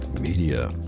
Media